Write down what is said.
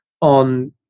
on